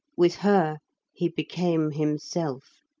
with her he became himself.